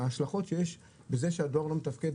ההשלכות שיש לזה שהדואר לא מתפקד,